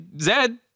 Zed